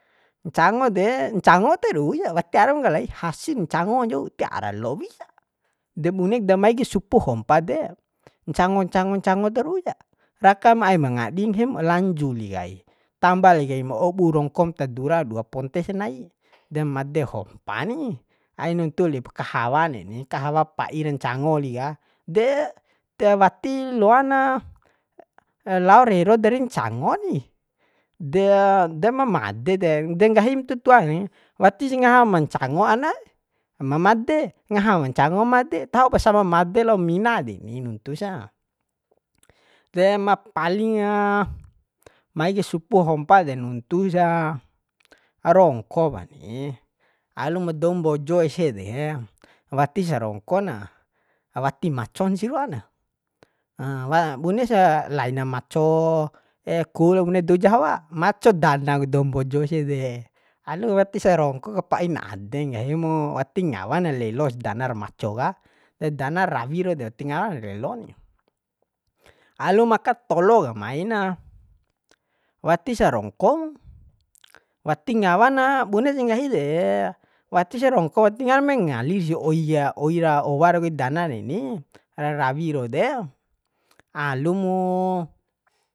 Ncango de ncango terusa wati aram kalai hasin ncango ncau tiara lowi sa de bunek damai kai supu hopa de ncango ncango ncango terusa rakam aim ngadi nggahim lanju li kai tamba li kaim obu rongkom ta dura dua ponte sanai dem made hompa ni ain nuntu lip kahawa neni kahawa pa'i ra ncango li ka de de wati loana lao rero darim ncango ni de ma made de de nggahim tutua watisa ma ngahama ncango anaee ma made ngaham ncango made tahopa sama made lo mina deni nuntu sa de ma palinga mai kai supu hompa de nuntu sa rongko pani alum dou mbojo ese de watisa rongko na wati macon si ruana bune sa laina maco kuul bune dou jawa maco dana ku dou mbojo ese de alu watisa rongko kapa'i ade nggahi mu wati ngawan lelos danar maco ka edana rawi rau de tingawan lelo ni aluma ka tolo ka maina watisa rongko mu wati ngawa ma bune sih nggahi de watisa rongko ti ngawan mengalir si oi oi ra owa ro kai dana reni rawi rau de alumu